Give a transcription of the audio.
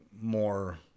more